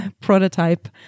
prototype